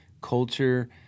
culture